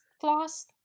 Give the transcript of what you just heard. floss